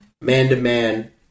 Man-to-man